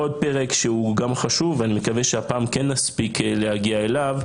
עוד פרק שהוא גם חשוב ואני מקווה שהפעם כן נספיק להגיע אליו,